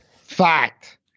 Fact